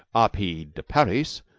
r. p. de parys